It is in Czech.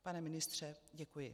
Pane ministře, děkuji.